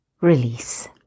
Release